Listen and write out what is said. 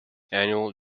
annual